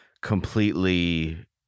completely